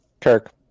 Kirk